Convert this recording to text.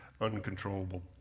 uncontrollable